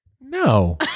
No